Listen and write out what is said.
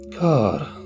God